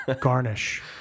garnish